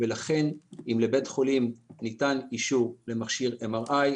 לכן אם לבית חולים ניתן אישור למכשיר MRI,